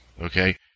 Okay